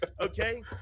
Okay